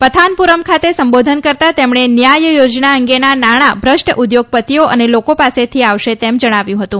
પથાનપુરમ ખાતે સંબોધન કરતાં તેમણે ન્યાય યોજના અંગેના નાણાં ભ્રષ્ટ ઉદ્યોગપતિઓ અને લોકો પાસેથી આવશે તેમ જણાવ્યું હતું